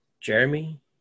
Jeremy